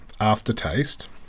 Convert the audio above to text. aftertaste